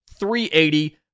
.380